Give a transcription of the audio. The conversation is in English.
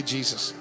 Jesus